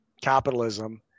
capitalism